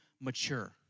mature